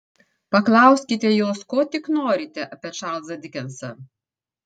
paklauskite jos ko tik norite apie čarlzą dikensą